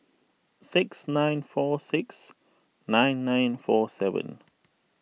six nine four six nine nine four seven